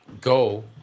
go